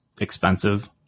expensive